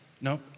Nope